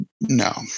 No